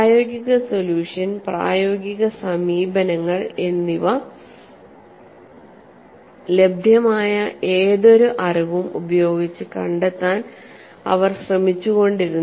പ്രായോഗിക സൊല്യൂഷൻ പ്രായോഗിക സമീപനങ്ങൾ എന്നിവ ലഭ്യമായ ഏതൊരു അറിവും ഉപയോഗിച്ച് കണ്ടെത്താൻ അവർ ശ്രമിച്ചുകൊണ്ടിരുന്നു